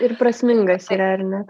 ir prasmingas yra ar ne